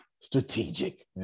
Strategic